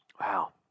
Wow